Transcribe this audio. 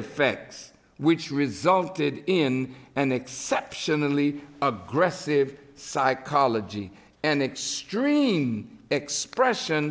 effects which resulted in an exceptionally aggressive psychology and extreme expression